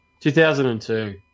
2002